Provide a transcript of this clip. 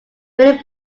philip